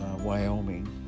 Wyoming